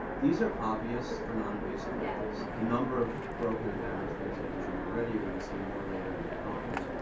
these are obvious for noninvasive methods. a number of broken and damaged things have been shown already, you're going to see more later in the conference.